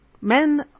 men